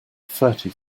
thirty